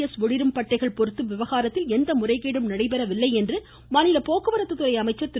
S ஒளிரும் பட்டைகள் பொருத்தும் விவகாரத்தில் எந்தமுறைகேடும் நடைபெறவில்லை என்று மாநில போக்குவரத்துத் துறை அமைச்சர் திரு